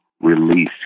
release